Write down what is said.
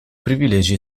privilegi